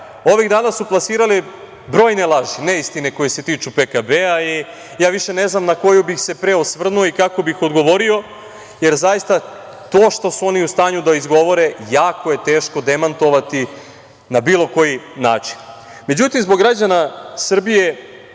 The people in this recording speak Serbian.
ovih dana su plasirali brojne laži, neistine koje se tiču PKB i ja više ne znam na koju bih se pre osvrnuo i kako bih odgovorio, jer zaista to što su oni u stanju da izgovore jako je teško demantovati na bilo koji način.Međutim, zbog građana Srbije,